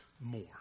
more